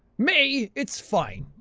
mae, it's fine.